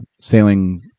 sailing